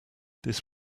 this